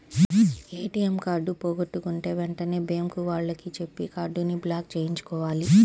ATM card పోగొట్టుకుంటే వెంటనే bank వాళ్లకి చెప్పి కార్డుని బ్లాక్ చేయించుకోవాలి